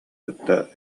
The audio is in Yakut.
кытта